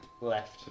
left